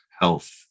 health